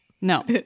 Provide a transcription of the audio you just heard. no